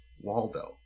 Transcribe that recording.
Waldo